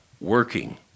working